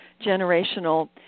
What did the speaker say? generational